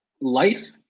Life